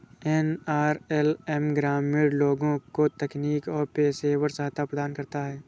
NRLM ग्रामीण लोगों को तकनीकी और पेशेवर सहायता प्रदान करता है